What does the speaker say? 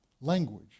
Language